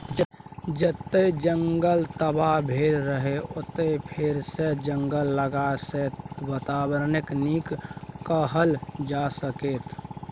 जतय जंगल तबाह भेल रहय ओतय फेरसँ जंगल लगेलाँ सँ बाताबरणकेँ नीक कएल जा सकैए